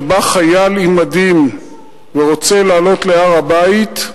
כשבא חייל במדים ורוצה לעלות להר-הבית,